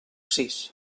sis